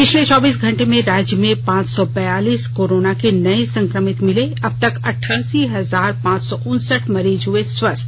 पिछले चौबीस घंटे में राज्य में पांच सौ बयालीस कोरोना के नये संक्रमित मिले अब तक अट्ठासी हजार पांच सौ उनसठ मरीज हुए स्वस्थ